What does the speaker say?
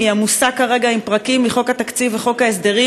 עמוסה כרגע עם פרקים מחוק התקציב וחוק ההסדרים.